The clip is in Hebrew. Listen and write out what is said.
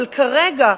אבל כרגע,